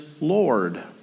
Lord